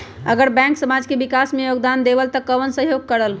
अगर बैंक समाज के विकास मे योगदान देबले त कबन सहयोग करल?